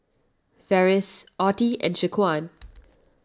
Ferris Ottie and Shaquan